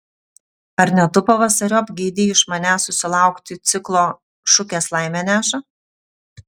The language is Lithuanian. ar ne tu pavasariop geidei iš manęs susilaukti ciklo šukės laimę neša